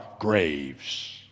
graves